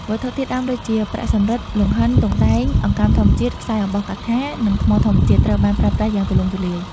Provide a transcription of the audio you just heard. វត្ថុធាតុដើមដូចជា ប្រាក់ សំរឹទ្ធ លង្ហិន ទង់ដែង អង្កាំធម្មជាតិ ខ្សែអំបោះកថា និងថ្មធម្មជាតិ ត្រូវបានប្រើប្រាស់យ៉ាងទូលំទូលាយ។